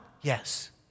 Yes